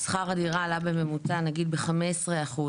אתם נותנים בעצם מגוון גדלים שמאפשר לכל מיני סוגי משפחות,